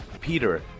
Peter